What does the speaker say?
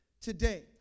today